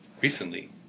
recently